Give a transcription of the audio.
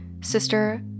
sister